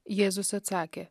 jėzus atsakė